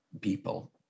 people